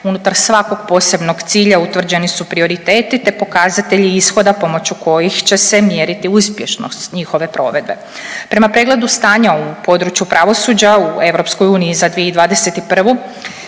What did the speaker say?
Unutar svakog posebnog cilja utvrđeni su prioriteti, te pokazatelji ishoda pomoću kojih će se mjeriti uspješnost njihove provedbe. Prema pregledu stanja u području pravosuđa u EU za 2021.